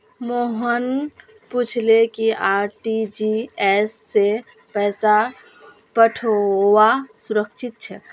मोहन पूछले कि आर.टी.जी.एस स पैसा पठऔव्वा सुरक्षित छेक